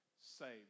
saved